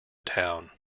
town